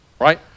right